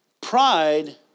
Pride